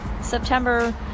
September